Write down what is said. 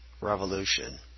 revolution